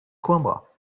coimbra